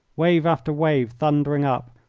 wave after wave thundering up,